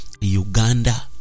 Uganda